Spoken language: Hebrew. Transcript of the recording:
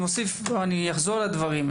אחזור על הדברים.